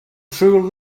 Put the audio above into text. true